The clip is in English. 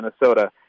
Minnesota